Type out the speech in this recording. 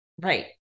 Right